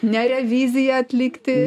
ne reviziją atlikti